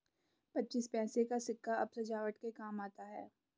पच्चीस पैसे का सिक्का अब सजावट के काम आता है